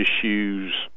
issues